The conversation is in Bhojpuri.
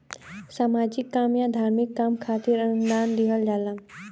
सामाजिक काम या धार्मिक काम खातिर अनुदान दिहल जाला